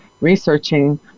researching